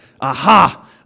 aha